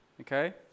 okay